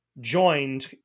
joined